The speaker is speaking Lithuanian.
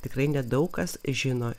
tikrai nedaug kas žino